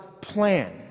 plan